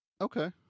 Okay